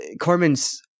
corman's